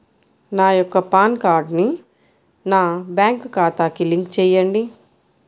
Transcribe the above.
నా యొక్క పాన్ కార్డ్ని నా బ్యాంక్ ఖాతాకి లింక్ చెయ్యండి?